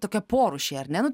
tokie porūšiai ar ne nu